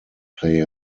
play